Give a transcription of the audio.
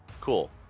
Cool